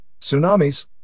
tsunamis